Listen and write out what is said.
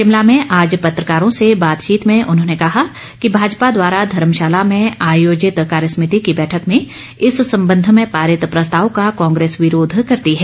शिमला में आज पत्रकारों से बातचीत में उन्होंने कहा कि भाजपा द्वारा धर्मशाला में आयोजित कार्य सभिति की बैठक में इस संबंध में पारित प्रस्ताव का कांग्रेस विरोध करती है